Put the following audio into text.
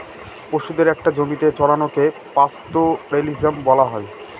পশুদের একটা জমিতে চড়ানোকে পাস্তোরেলিজম বলা হয়